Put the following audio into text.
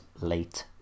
late